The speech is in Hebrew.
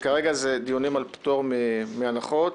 וכרגע מדובר בדיונים על פטור מחובת הנחה.